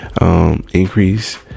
Increase